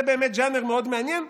זה באמת ז'אנר מאוד מעניין.